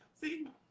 See